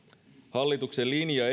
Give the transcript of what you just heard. hallituksen linja